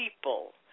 people